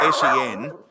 SEN